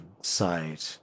side